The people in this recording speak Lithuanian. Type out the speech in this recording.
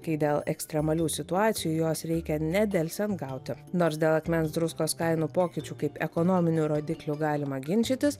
kai dėl ekstremalių situacijų jos reikia nedelsiant gauti nors dėl akmens druskos kainų pokyčių kaip ekonominių rodiklių galima ginčytis